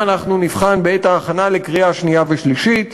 נבחן אותן בעת ההכנה לקריאה שנייה ושלישית,